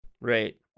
Right